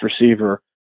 receiver